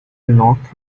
knock